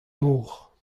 mor